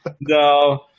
No